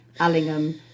Allingham